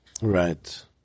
Right